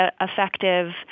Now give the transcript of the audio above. effective